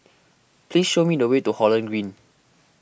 please show me the way to Holland Green